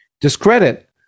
discredit